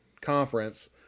conference